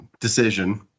decision